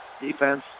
defense